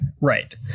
Right